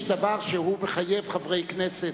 יש דבר שמחייב חברי כנסת,